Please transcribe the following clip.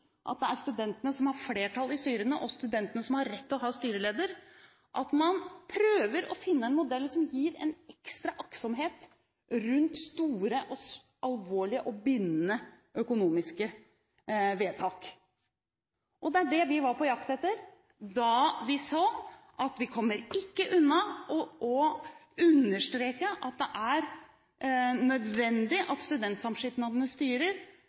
at det er studentene som har flertall i styrene, og at det er studentene som har rett til å ha styreleder – at man prøver å finne en modell som gir en ekstra aktsomhet rundt store, alvorlige og bindende økonomiske vedtak. Det var dette vi var på jakt etter da vi så at vi ikke kommer unna det å understreke at det er nødvendig at studentsamskipnadenes styrer